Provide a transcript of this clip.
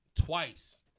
twice